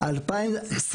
2021